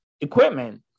equipment